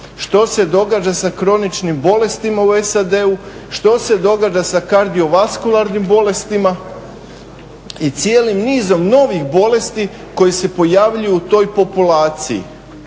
što se događa sa kroničnim bolestima u SAD-u, što se događa sa kardiovaskularnim bolestima i cijelim nizom novih bolesti koji se pojavljuju u toj populaciji,